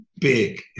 Big